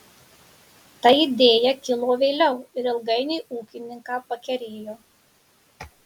ta idėja kilo vėliau ir ilgainiui ūkininką pakerėjo